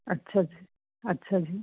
ਅੱਛਾ ਜੀ ਅੱਛਾ ਜੀ